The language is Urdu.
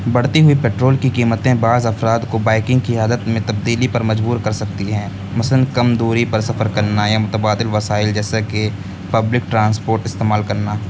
بڑھتی ہوئی پٹرول کی قیمتیں بعض افراد کو بائکنگ کی حالت میں تبدیلی پر مجبور کر سکتی ہیں مثلاً کم دوری پر سفر کرنا یا متبادل وسائل جیسا کہ پبلک ٹرانسپورٹ استعمال کرنا